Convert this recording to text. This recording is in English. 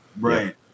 Right